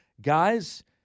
Guys